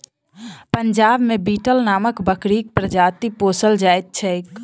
पंजाब मे बीटल नामक बकरीक प्रजाति पोसल जाइत छैक